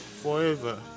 Forever